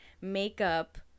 makeup